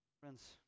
Friends